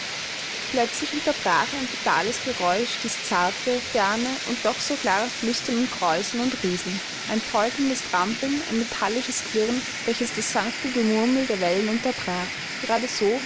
plötzlich unterbrach ein brutales geräusch dies zarte ferne und doch so klare flüstern und kräuseln und rieseln ein positives trampeln ein metallisches klirren welches das sanfte gemurmel der wellen unterbrach gerade so